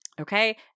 Okay